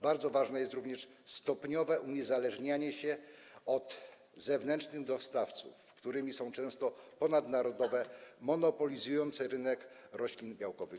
Bardzo ważne jest również stopniowe uniezależnianie się od zewnętrznych dostawców, którymi są często ponadnarodowe firmy monopolizujące rynek roślin białkowych.